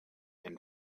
and